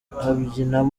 abantu